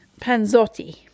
Panzotti